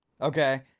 okay